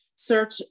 search